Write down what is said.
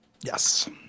yes